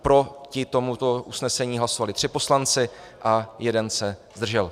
Proti tomuto usnesení hlasovali tři poslanci a jeden se zdržel.